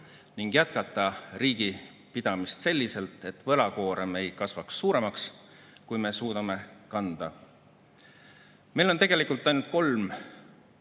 ning jätkata riigi pidamist selliselt, et võlakoorem ei kasvaks suuremaks, kui me suudame kanda. Meil on tegelikult ainult kolm